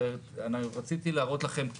רציתי להראות לכם,